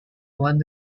one